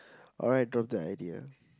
alright drop the idea